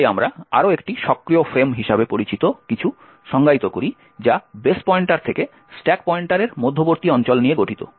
তাই আমরা আরও একটি সক্রিয় ফ্রেম হিসাবে পরিচিত কিছু সংজ্ঞায়িত করি যা বেস পয়েন্টার থেকে স্ট্যাক পয়েন্টারের মধ্যবর্তী অঞ্চল নিয়ে গঠিত